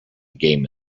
game